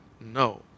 No